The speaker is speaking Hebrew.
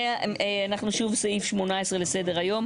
אנחנו שוב בסעיף (18) לסדר היום.